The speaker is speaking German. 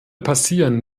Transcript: passieren